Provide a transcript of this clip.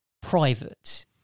private